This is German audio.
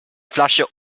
flasche